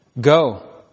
Go